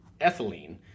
ethylene